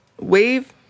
wave